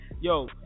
Yo